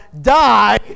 die